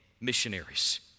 missionaries